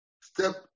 step